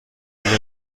کردیم